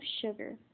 sugar